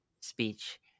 speech